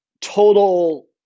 total